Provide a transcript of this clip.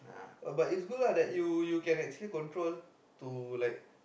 oh but is good lah that you can actually control to